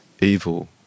evil